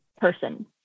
person